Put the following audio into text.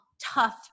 tough